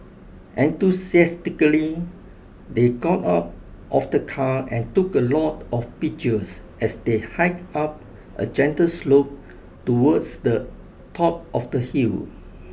enthusiastically they got out of the car and took a lot of pictures as they hiked up a gentle slope towards the top of the hill